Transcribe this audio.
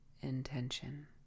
intention